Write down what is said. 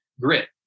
grit